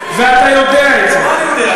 ואתה יודע את זה.